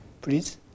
please